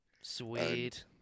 Sweet